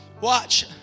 Watch